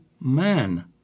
man